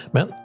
Men